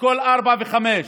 אשכול 4 ו-5,